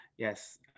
Yes